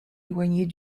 éloignés